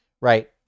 right